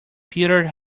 peter